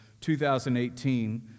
2018